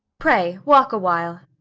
pray walk awhile.